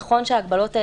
נכון שההגבלות האלה,